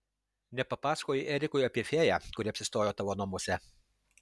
nepapasakojai erikui apie fėją kuri apsistojo tavo namuose